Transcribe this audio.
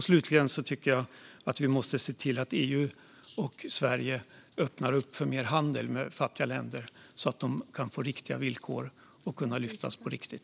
Slutligen tycker jag att vi måste se till att EU och Sverige öppnar upp för mer handel med fattiga länder så att de kan få riktiga villkor och lyftas på riktigt.